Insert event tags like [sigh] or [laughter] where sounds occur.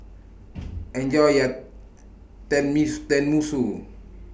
Enjoy your [unintelligible] Tenmusu